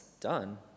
done